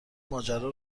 ماجرا